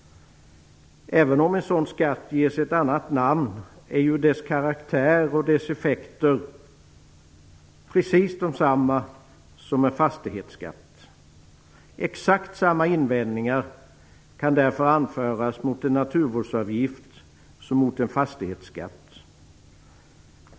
Även om en sådan skatt ges ett annat namn är ju dess karaktär och dess effekter precis desamma som en fastighetsskatt. Exakt samma invändningar kan därför anföras mot en naturvårdsavgift som mot en fastighetsskatt.